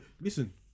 listen